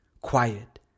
quiet